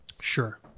Sure